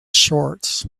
shorts